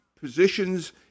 positions